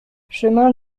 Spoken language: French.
chemin